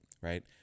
Right